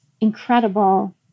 incredible